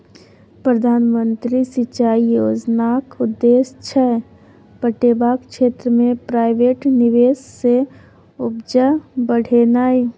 प्रधानमंत्री सिंचाई योजनाक उद्देश्य छै पटेबाक क्षेत्र मे प्राइवेट निबेश सँ उपजा बढ़ेनाइ